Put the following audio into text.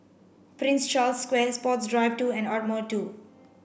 Prince Charles Square Sports Drive two and Ardmore two